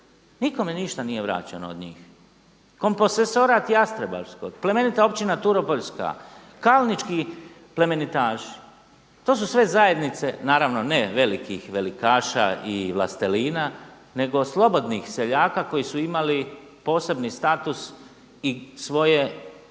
Nikome ništa nije vraćeno od njih. Komposesorat Jastrebarsko, Plemenita Općina Turopoljska, Kalnički plemenitaši to su sve zajednice, naravno ne velikih velikaša i vlastelina nego slobodnih seljaka koji su imali posebni status i svoje dokumente